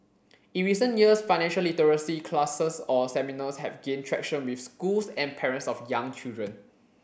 in recent years financial literacy classes or seminars have gained traction with schools and parents of young children